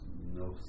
no